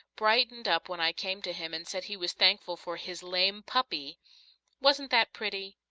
brightened up when i came to him, and said he was thankful for his lame puppy wasn't that pretty?